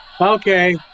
Okay